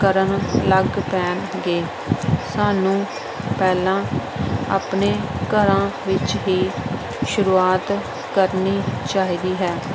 ਕਰਨ ਲੱਗ ਪੈਣਗੇ ਸਾਨੂੰ ਪਹਿਲਾਂ ਆਪਣੇ ਘਰਾਂ ਵਿੱਚ ਹੀ ਸ਼ੁਰੂਆਤ ਕਰਨੀ ਚਾਹੀਦੀ ਹੈ